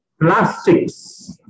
plastics